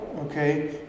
Okay